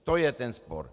To je ten spor.